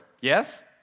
Yes